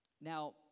Now